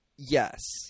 Yes